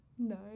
No